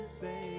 say